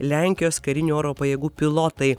lenkijos karinių oro pajėgų pilotai